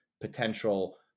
potential